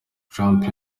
trump